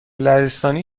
لهستانی